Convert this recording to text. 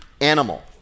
animal